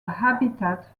habitat